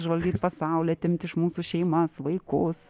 užvaldyt pasaulį atimt iš mūsų šeimas vaikus